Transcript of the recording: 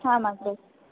आम् अग्रज